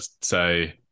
say